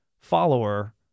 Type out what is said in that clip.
follower